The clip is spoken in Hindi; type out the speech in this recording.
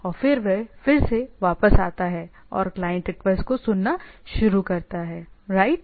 और फिर वह फिर से वापस आता है और क्लाइंट रिक्वेस्ट को सुनना शुरू करता है राइट